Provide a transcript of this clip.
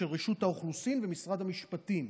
של רשות האוכלוסין ומשרד המשפטים.